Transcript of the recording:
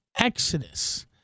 Exodus